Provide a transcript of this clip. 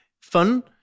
fun